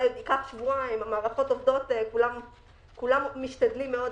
אולי ייקח שבועיים כולם משתדלים מאוד,